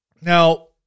Now